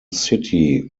city